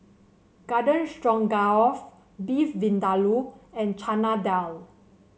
Garden Stroganoff Beef Vindaloo and Chana Dal